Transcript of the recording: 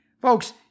Folks